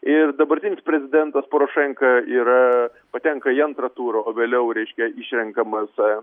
ir dabartinis prezidentas porošenka yra patenka į antrą turą o vėliau reiškia išrenkamas